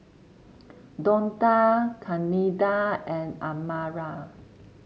Donta Candida and Amara